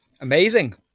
Amazing